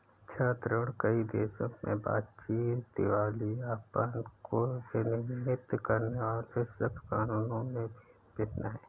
छात्र ऋण, कई देशों में बातचीत, दिवालियापन को विनियमित करने वाले सख्त कानूनों में भी भिन्न है